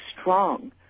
strong